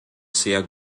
sehr